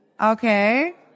Okay